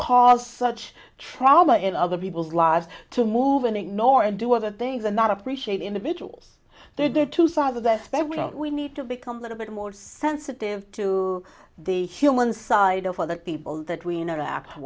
cause such trauma and other people's lives to move and ignore and do other things and not appreciate individuals there to father that we need to become a little bit more sensitive to the human side of other people that we interact